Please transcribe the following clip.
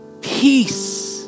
peace